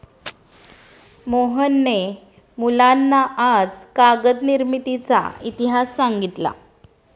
मोहनने मुलांना आज कागद निर्मितीचा इतिहास सांगितला